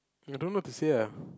I don't know what to say ah